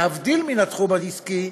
להבדיל מן התחום העסקי,